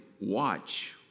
watch